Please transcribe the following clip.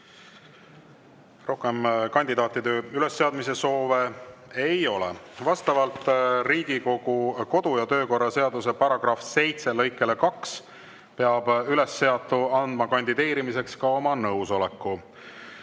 Rohkem kandidaatide ülesseadmise soove ei ole. Vastavalt Riigikogu kodu‑ ja töökorra seaduse § 7 lõikele 2 peab ülesseatu andma kandideerimiseks ka oma nõusoleku.